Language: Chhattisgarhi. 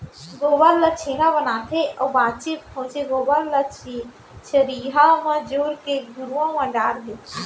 गोबर ल छेना बनाथे अउ बांचे खोंचे गोबर ल चरिहा म जोर के घुरूवा म डार देथे